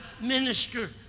minister